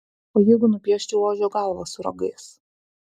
o jeigu nupieščiau ožio galvą su ragais